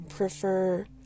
prefer